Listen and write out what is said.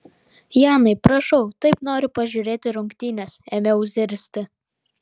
janai prašau taip noriu pažiūrėti rungtynes ėmiau zirzti